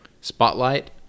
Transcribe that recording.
Spotlight